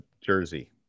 Jersey